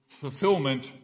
fulfillment